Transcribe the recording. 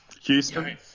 Houston